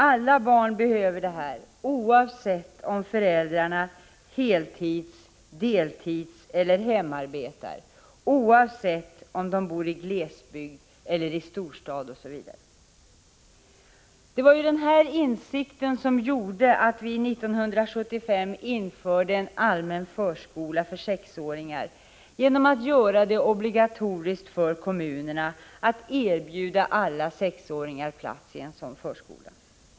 Alla barn behöver detta, oavsett om föräldrarna heltids-, deltidseller hemarbetar, oavsett om de bor i glesbygd eller storstad, OSV. Det var ju denna insikt som gjorde att vi 1975 införde en allmän förskola för 6-åringar genom att göra det obligatoriskt för kommunerna att erbjuda alla 6-åringar plats i en sådan förskola.